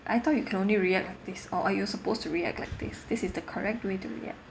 I thought you can only react like this or or you're supposed to react like this this is the correct way to react